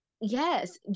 Yes